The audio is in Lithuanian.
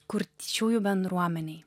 kurčiųjų bendruomenei